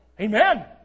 Amen